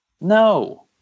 No